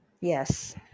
Yes